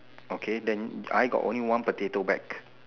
okay then I got only one potato bag